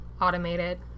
automated